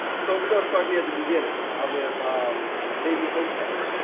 so we're going to start here at the beginning. i was baby hotep.